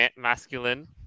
masculine